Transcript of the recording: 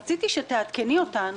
רציתי שתעדכני אותנו,